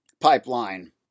pipeline